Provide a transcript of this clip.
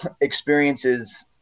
experiences